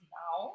now